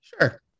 Sure